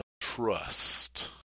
trust